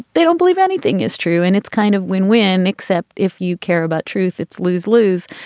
they don't believe anything is true. and it's kind of win win. except if you care about truth, it's lose lose.